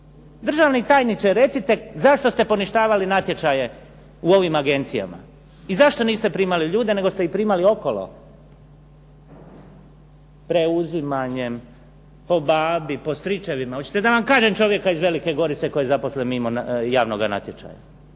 Državni tajniče zašto ste poništavali natječaje u ovim agencijama, i zašto niste primali ljude nego ste uzimali okolo, preuzimanjem, po babi, po stričevima, hoćete da vam kažem čovjeka iz Velike Gorice koji je zaposlen mimo javnoga natječaja